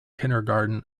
kindergarten